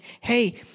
hey